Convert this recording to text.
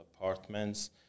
apartments